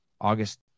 August